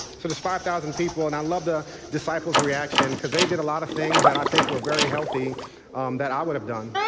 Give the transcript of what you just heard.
so there's five thousand people, and i love the disciples' reaction, because they did a lot of things that i think were very healthy that i would have done.